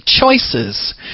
choices